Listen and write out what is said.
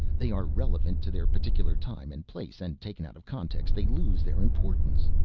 they are relevant to their particular time and place and taken out of context they lose their importance.